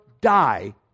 die